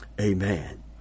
Amen